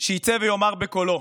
שיצא ויאמר בקולו: